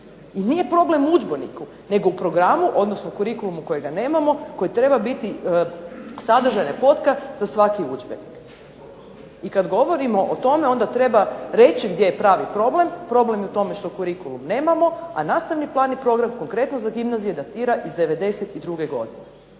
I nije problem u udžbeniku nego u programu, odnosno kurikulumu kojega nemamo, koji treba biti sadržan …/Govornica se ne razumije./… za svaki udžbenik. I kad govorimo o tome onda treba reći gdje je pravi problem, problem je u tome što kurikulum nemamo, a nastavni plan i program konkretno za gimnazije datira iz '92. godine